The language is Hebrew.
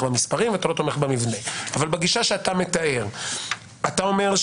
במספרים ולא במבנה אבל בגישה שאתה מתאר אתה אומר,